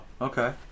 okay